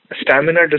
stamina